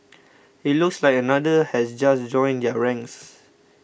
it looks like another has just joined their ranks